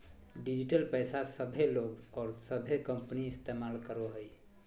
digital पैसा सभे लोग और सभे कंपनी इस्तमाल करो हइ